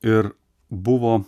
ir buvo